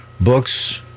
books